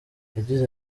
yagize